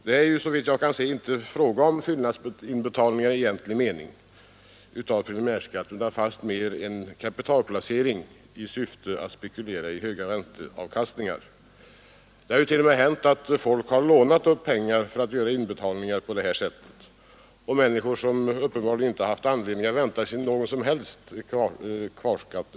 Det är såvitt jag kan se inte i egentlig 14 decernbör 1972 mening fråga om fyllnadsinbetalning av preliminärskatt utan fastmer en =—— kopitalplacering i syfte att spekulera i höga ränteavkastningar. Det har Ang. verkningarna t.o.m. hänt att folk har lånat upp pengar för att göra inbetalningar på id börttagande ide det här sättet. Och det har varit människor som uppenbarligen inte haft moms på livsanledning att vänta någon som helst kvarskatt.